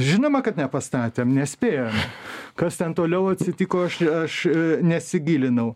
žinoma kad nepastatėm nespėjom kas ten toliau atsitiko aš aš nesigilinau